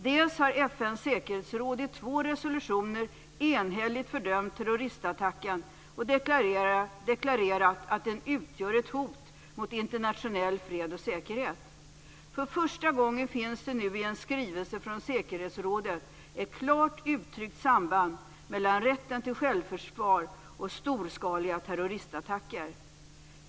Dessutom har FN:s säkerhetsråd i två resolutioner enhälligt fördömt terroristattacken och deklarerat att den utgör ett hot mot internationell fred och säkerhet. För första gången finns det nu i en skrivelse från säkerhetsrådet ett klart uttryckt samband mellan rätten till självförsvar och storskaliga terroristattacker.